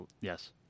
Yes